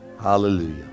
Hallelujah